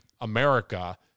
America